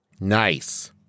Nice